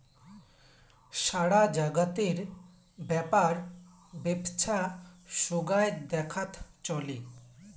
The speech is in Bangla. সারা জাগাতের ব্যাপার বেপছা সোগায় দেখাত চলে